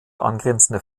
angrenzende